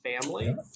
family